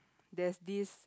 there's this